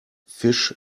fish